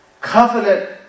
Covenant